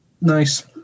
Nice